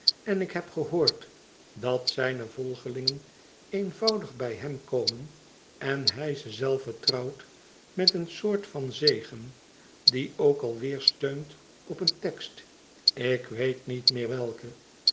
en ik heb gehoord dat zijne volgelingen eenvoudig bij hem komen en hij ze zelve trouwt met een soort van zegen die ook al weêr steunt op een tekst ik weet niet meer welken